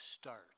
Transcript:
start